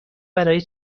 برای